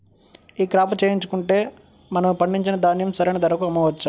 ఈ క్రాప చేయించుకుంటే మనము పండించిన ధాన్యం సరైన ధరకు అమ్మవచ్చా?